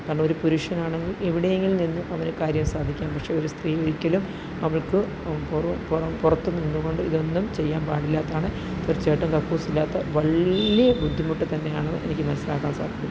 എന്നാൽ ഒരു പുരുഷൻ ആണെങ്കിൽ എവിടെയെങ്കിലും നിന്നിട്ട് അവനു കാര്യം സാധിക്കാം പക്ഷെ ഒരു സ്ത്രീ ഒരിക്കലും അവൾക്ക് പുറത്തുനിന്നുകൊണ്ടു ഇതൊന്നും ചെയ്യാൻ പാടില്ലാത്തതാണ് തീർച്ചയായിട്ടും കക്കൂസില്ലാത്തതു വലിയ ബുദ്ധിമുട്ടു തന്നെയാണെന്നു എനിക്കു മനസ്സിലാക്കാൻ സാധിക്കും